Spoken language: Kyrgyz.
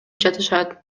жатышат